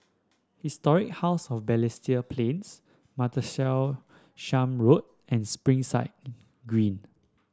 Historic House of Balestier Plains Martlesham Road and Springside Green